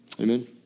Amen